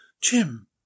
Jim